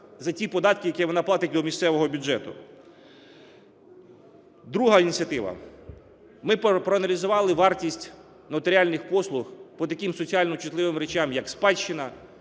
за ті податки, які вона платить до місцевого бюджету. Друга ініціатива. Ми проаналізували вартість нотаріальних послуг по таким соціально чутливим речам як спадщина,